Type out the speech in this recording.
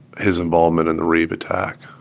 his involvement in the reeb attack